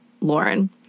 lauren